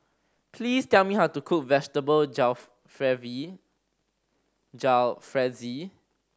please tell me how to cook Vegetable Jalfrezi